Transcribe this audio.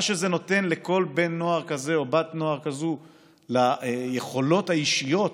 מה שזה נותן לכל בן נוער כזה או בת נוער כזו ליכולות האישיות,